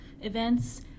events